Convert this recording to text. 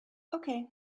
okay